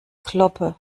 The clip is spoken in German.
kloppe